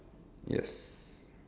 yes